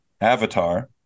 Avatar